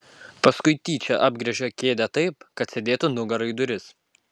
paskui tyčia apgręžė kėdę taip kad sėdėtų nugara į duris